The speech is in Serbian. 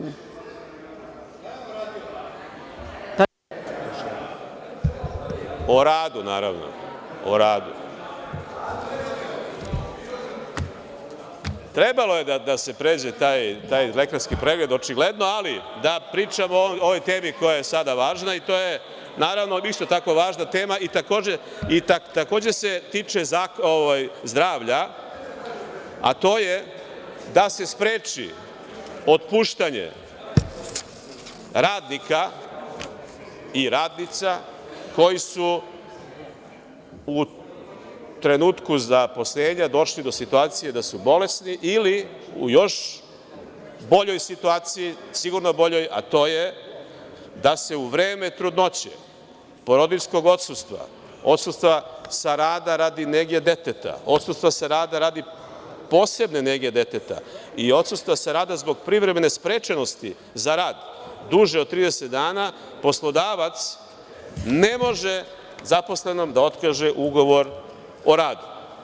Trebalo je da se pređe taj lekarski pregled, očigledno, ali, da ipak pričamo o ovoj temi koja je sada važna i koja se tiče zdravlja, a to je da se spreči otpuštanje radnika i radnica koji su u trenutku zaposlenja došli do situacije da su bolesni, ili u još boljoj situaciji, sigurno boljom, a to je da se u vreme trudnoće, porodiljskog odsustva, odsustva sa rada radi nege deteta, odsustva sa rada radi posebne nege deteta i odsustva sa rada zbog privremene sprečenosti za rad duže od 30 dana, poslodavac ne može zaposlenom da otkaže ugovor o radu.